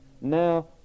Now